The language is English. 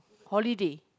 holiday